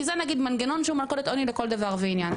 כי זה נגיד מנגנון שהוא מלכודת עוני לכל דבר ועניין,